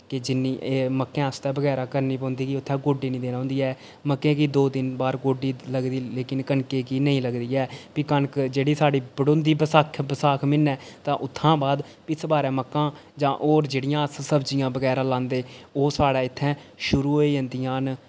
केह् जिन्नी एह् मक्के आस्तै बगैरा करनी पौंदी कि उत्थैं गोड्डी नि देनी होंदी ऐ मक्कें गी दो तिन बार गोड्डी लगदी लेकिन कनके गी नेईं लगदी ऐ फ्ही कनक जेह्ड़ी साढ़ी बड़ोंदी बसाखै बसाखै म्हीने तां उत्थां बाद इस बारे मक्कां जां होर जेह्ड़ियां अस सब्जियां बगैरा लांदे ओह् साढ़े इत्थैं शुरु होई जंदियां न